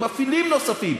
עם מפעילים נוספים,